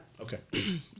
Okay